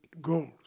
goals